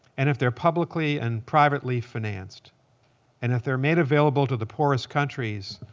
and if they're publicly and privately financed and if they're made available to the poorest countries,